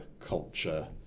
culture